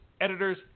Editors